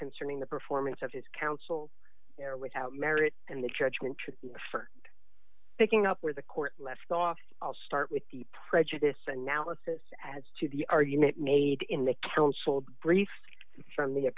concerning the performance of his counsel there without merit and the judgment for picking up where the court left off i'll start with the prejudice analysis as to the argument made in the council brief from the